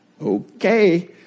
Okay